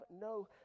no